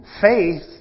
faith